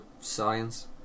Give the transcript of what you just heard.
science